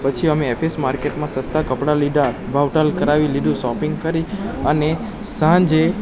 પછી અમે F S માર્કેટમાં સસ્તાં કપડાં લીધાં ભાવતાલ કરાવેલું શોપિંગ કરી અને સાંજે